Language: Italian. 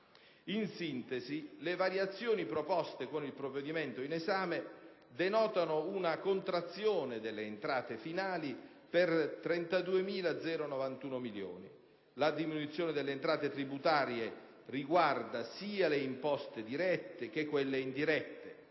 In sintesi, le variazioni proposte con il provvedimento in esame denotano una contrazione delle entrate finali pari a 32.091 milioni; la diminuzione delle entrate tributarie riguarda sia le imposte dirette che quelle indirette;